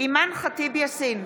אימאן ח'טיב יאסין,